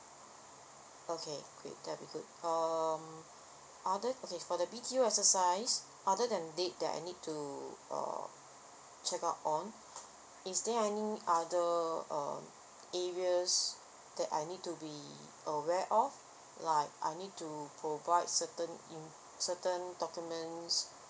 okay great that will be good um other okay for the B_T_O exercise other than date that I need to uh check out on is there any other um areas that I need to be aware off like I need to provide certain in~ certain documents